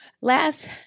Last